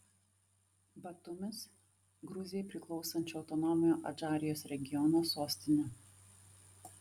batumis gruzijai priklausančio autonominio adžarijos regiono sostinė